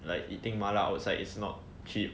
like eating mala outside it's not cheap